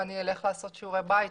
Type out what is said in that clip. אני אלך לעשות שיעורי בית.